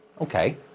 Okay